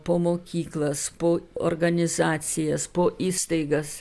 po mokyklas po organizacijas po įstaigas